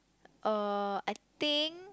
uh I think